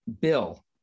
bill